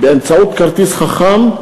באמצעות כרטיס חכם,